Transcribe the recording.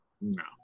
No